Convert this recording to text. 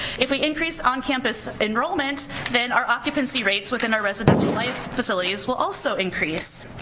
if we increase on campus enrollment then our occupancy rates within our residential life facilities will also increase.